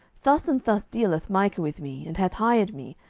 thus and thus dealeth micah with me, and hath hired me,